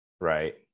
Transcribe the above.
Right